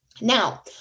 Now